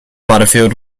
butterfield